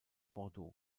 bordeaux